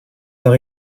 par